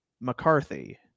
mccarthy